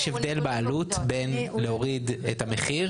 יש הבדל בעלות בין להוריד את המחיר